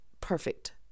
perfect